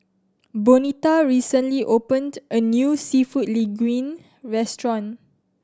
Bonita recently opened a new Seafood Linguine Restaurant